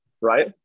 Right